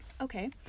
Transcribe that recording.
Okay